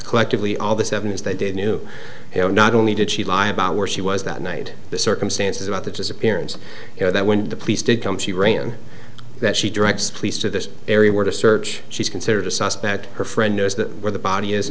collectively all this evidence they did knew you know not only did she lie about where she was that night the circumstances about the disappearance you know that when the police did come she ran that she directs police to this area where to search she's considered a suspect her friend knows that where the body is